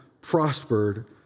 prospered